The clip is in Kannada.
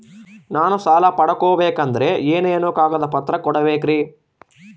ನಾನು ಸಾಲ ಪಡಕೋಬೇಕಂದರೆ ಏನೇನು ಕಾಗದ ಪತ್ರ ಕೋಡಬೇಕ್ರಿ?